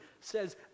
says